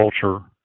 culture